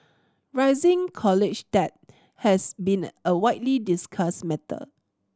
rising college debt has been a widely discussed matter